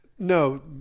No